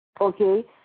okay